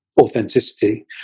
authenticity